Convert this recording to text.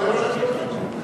זה מה שאני אומר.